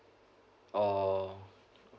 oh